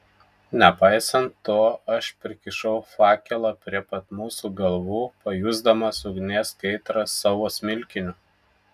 nepaisant to aš prikišau fakelą prie pat mūsų galvų pajusdamas ugnies kaitrą savo smilkiniu